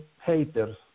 haters